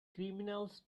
criminals